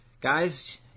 Guys